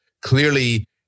clearly